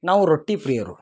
ನಾವು ರೊಟ್ಟಿ ಪ್ರಿಯರು